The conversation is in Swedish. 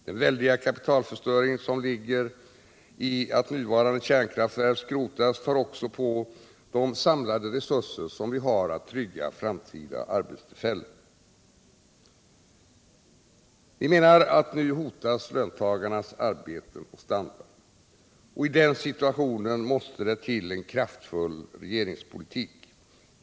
Den väldiga kapitalförstöring som ligger i att nuvarande kärnkraftverk skrotas tär också på de samlade resurser vi har att trygga framtida arbetstillfällen. Vi menar att nu hotas löntagarnas arbeten och standard. I den situationen måste det till en kraftfull regeringspolitik.